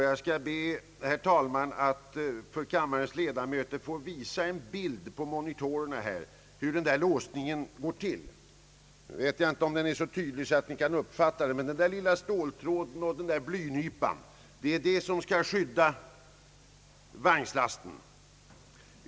Jag ber, herr talman, att på monitorerna här få visa kammaren en bild av hur låsningen går till. Det är en liten ståltråd och en blynypa som skall skydda vagnslasten.